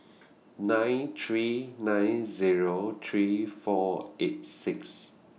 nine three nine Zero three four eight six